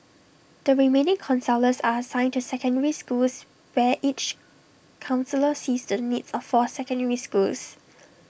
the remaining counsellors are assigned to secondary schools where each counsellor sees to the needs of four secondary schools